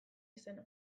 izena